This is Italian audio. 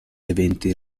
eventi